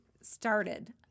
started